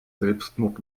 selbstmord